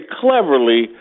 cleverly